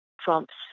Trump's